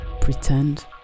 pretend